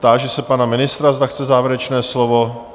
Táži se pana ministra, zda chce závěrečné slovo.